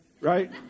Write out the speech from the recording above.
right